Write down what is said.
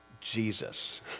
Jesus